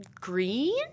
green